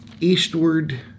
eastward